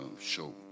show